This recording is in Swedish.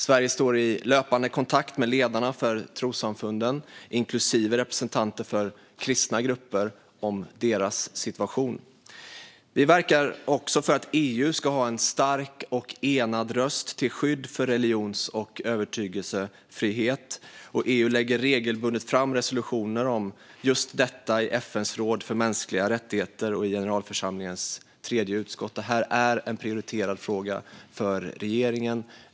Sverige står i löpande kontakt med ledarna för trossamfunden, inklusive representanter för kristna grupper, om deras situation. Vi verkar också för att EU ska ha en stark och enad röst till skydd för religions och övertygelsefrihet, och EU lägger regelbundet fram resolutioner om just detta i FN:s råd för mänskliga rättigheter och i generalförsamlingens tredje utskott. Det här är en prioriterad fråga för regeringen.